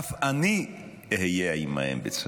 אף אני אהיה עימהם בצער.